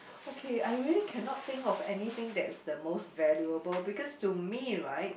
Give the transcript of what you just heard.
okay I really cannot think of anything that is the most valuable because to me right